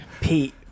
pete